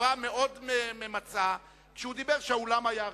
בצורה מאוד ממצה, כשהוא דיבר כשהאולם היה ריק.